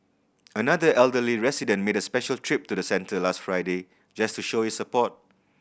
another elderly resident made a special trip to the centre last Friday just to show his support